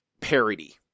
parody